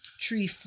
tree